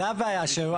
זו הבעיה.